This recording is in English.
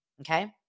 Okay